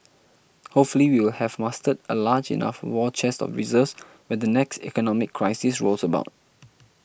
hopefully we will have mustered a large enough war chest of reserves when the next economic crisis rolls about